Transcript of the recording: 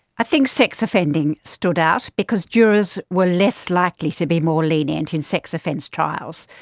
i think sex offending stood out because jurors were less likely to be more lenient in sex offence trials.